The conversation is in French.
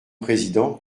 président